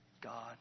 God